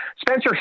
Spencer